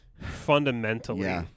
fundamentally